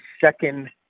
second